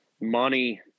money